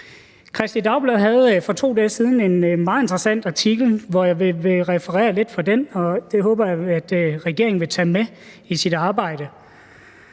Kristeligt Dagblad havde for 2 dage siden en meget interessant artikel, som jeg vil referere lidt fra, og det håber jeg at regeringen vil tage med i sit arbejde.